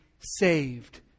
saved